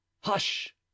Hush